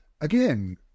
again